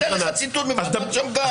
הנה אני אתן לך ציטוט מוועדת שמגר.